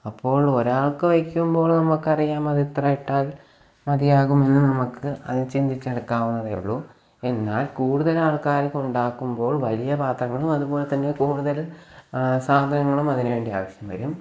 അപ്പോൾ ഒരാൾക്കു വെയ്ക്കുമ്പോൾ നമുക്കറിയാം അതെത്ര ഇട്ടാൽ മതിയാകും എന്നു നമുക്ക് അത് ചിന്തിച്ചെടുക്കാവുന്നതേ ഉള്ളു എന്നാൽ കൂടുതലാൾക്കാരൊക്കെ ഉണ്ടാകുമ്പോൾ വലിയ പാത്രങ്ങളും അതുപോലെതന്നെ കൂടുതൽ സാധനങ്ങളും അതിനു വേണ്ടി ആവശ്യം വരും